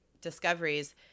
discoveries